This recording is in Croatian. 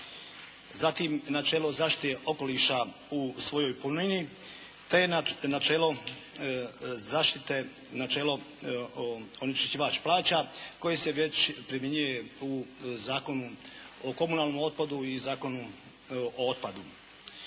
zatim načelo zaštite okoliša u svojoj punini te načelo zaštite, načelo onečišćivač plaća koje se već primjenjuje u Zakonu o komunalnom otpadu i Zakonu o otpadu.